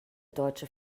deutsche